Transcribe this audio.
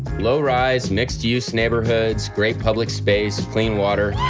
low-rise, mixed-use neighborhoods, great public space, clean water.